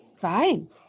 Fine